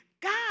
God